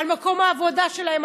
על מקום העבודה שלהם,